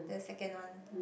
the second one